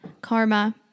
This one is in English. Karma